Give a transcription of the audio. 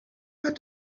but